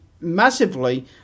massively